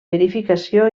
verificació